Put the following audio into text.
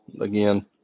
again